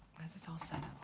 this is all set